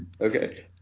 Okay